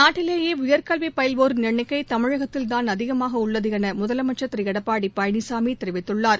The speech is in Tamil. நாட்டிலேயேஉயர்கல்விபயில்வோரின் எண்ணிக்கைதமிழகத்தில்தாள் அதிகமாகஉள்ளதுஎனமுதலமைச்ச் திருளடப்பாடிபழனிசாமிதெரிவித்துள்ளார்